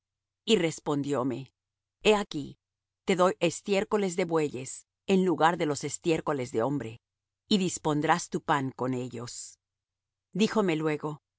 y respondióme he aquí te doy estiércoles de bueyes en lugar de los estiércoles de hombre y dispondrás tu pan con ellos díjome luego